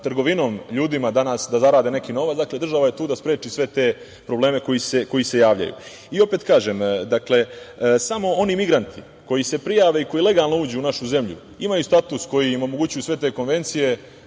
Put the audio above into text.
trgovinom ljudima danas da zarade neki novac. Dakle, država je tu da spreči sve te probleme koji se javljaju. Opet kažem, samo oni migranti koji se prijave i koji legalno uđu u našu zemlju imaju status koji im omogućuju sve te konvencije.